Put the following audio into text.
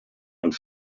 und